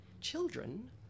Children